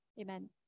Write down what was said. Amen